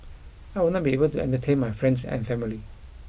I will not be able to entertain my friends and family